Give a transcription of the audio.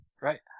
right